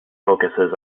focuses